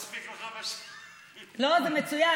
לא מספיק לך מה, לא, זה מצוין.